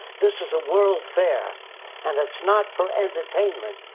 this is a world's fair and it's not for entertainment.